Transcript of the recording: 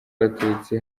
abatutsi